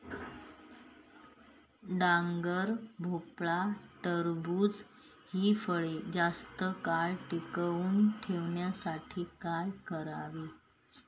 डांगर, भोपळा, टरबूज हि फळे जास्त काळ टिकवून ठेवण्यासाठी काय करावे?